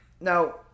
Now